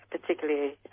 particularly